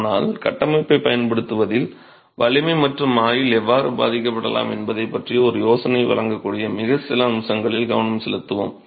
ஆனால் கட்டமைப்பைப் பயன்படுத்துவதில் வலிமை மற்றும் ஆயுள் எவ்வாறு பாதிக்கப்படலாம் என்பதைப் பற்றிய ஒரு யோசனையை வழங்கக்கூடிய மிகச் சில அம்சங்களில் கவனம் செலுத்துவோம்